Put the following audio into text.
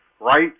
right